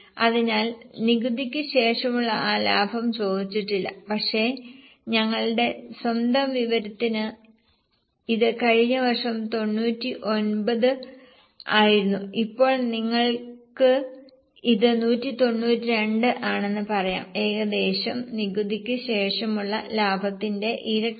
അതിനാൽ നികുതിക്ക് ശേഷമുള്ള ആ ലാഭം ചോദിച്ചിട്ടില്ല പക്ഷേ ഞങ്ങളുടെ സ്വന്തം വിവരത്തിന് ഇത് കഴിഞ്ഞ വർഷം 99 ആയിരുന്നു ഇപ്പോൾ നിങ്ങൾക്ക് ഇത് 192 ആണെന്ന് പറയാം ഏകദേശം നികുതിക്ക് ശേഷമുള്ള ലാഭത്തിന്റെ ഇരട്ടിയാണ്